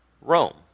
Rome